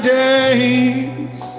days